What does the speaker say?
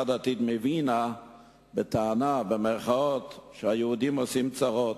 דתית מווינה בטענה ש"היהודים עושים צרות".